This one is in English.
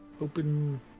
open